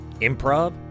improv